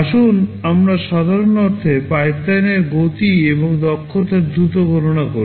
আসুন আমরা সাধারণ অর্থে পাইপলাইনের গতি এবং দক্ষতার দ্রুত গণনা করি